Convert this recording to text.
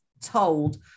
told